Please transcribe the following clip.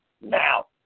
Now